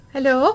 Hello